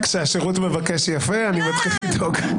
--- כשהשירות מבקש יפה אני מתחיל לדאוג.